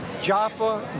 Jaffa